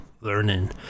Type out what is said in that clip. learning